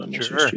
Sure